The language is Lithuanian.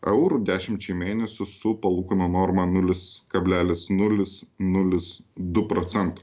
eurų dešimčiai mėnesių su palūkanų norma nulis kablelis nulis nulis du procento